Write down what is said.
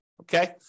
okay